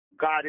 God